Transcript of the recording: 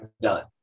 done